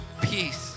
peace